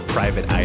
Private